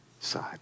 side